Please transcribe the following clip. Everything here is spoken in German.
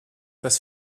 das